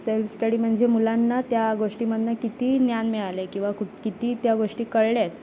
self study म्हणजे मुलांना त्या गोष्टीमधनं किती ज्ञान मिळालं आहे किंवा कुठं किती त्या गोष्टी कळल्या आहेत